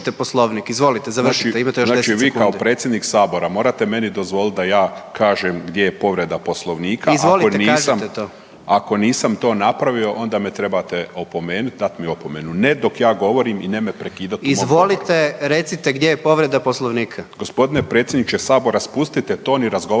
Izvolite, kažite to.